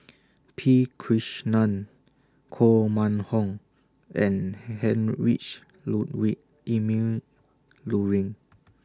P Krishnan Koh Mun Hong and Heinrich Ludwig Emil Luering